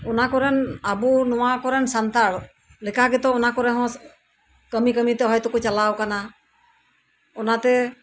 ᱚᱱᱟ ᱠᱚᱨᱮᱱ ᱟᱵᱚ ᱱᱚᱣᱟ ᱠᱚᱨᱮᱱ ᱥᱟᱱᱛᱟᱞ ᱞᱮᱠᱟ ᱜᱮᱛᱚ ᱚᱱᱟ ᱠᱚᱨᱮ ᱦᱚᱸ ᱠᱟᱹᱢᱤ ᱠᱟᱹᱢᱤ ᱛᱮᱠᱚ ᱪᱟᱞᱟᱣ ᱟᱠᱟᱱᱟ ᱚᱱᱟ ᱛᱮ